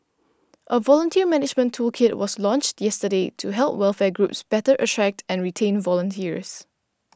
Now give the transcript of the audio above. a volunteer management toolkit was launched yesterday to help welfare groups better attract and retain volunteers